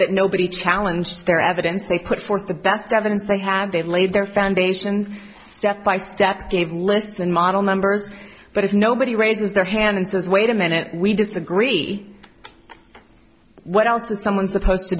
that nobody challenge their evidence they put forth the best evidence they have they laid their foundations step by step gave less than model numbers but if nobody raises their hand and says wait a minute we disagree what else is someone supposed to